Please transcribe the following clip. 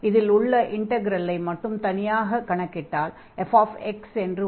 இதில் உள்ள இன்டக்ரலை மட்டும் தனியாகக் கணக்கிட்டால் fx என்று வரும்